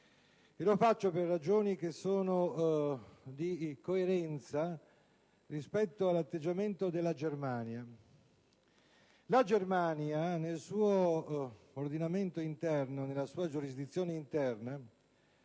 lo faccio per ragioni che sono di coerenza rispetto all'atteggiamento della Germania. La Germania, nella sua giurisdizione interna,